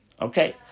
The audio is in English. Okay